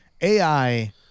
AI